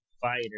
fighter